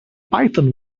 python